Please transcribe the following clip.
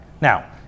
Now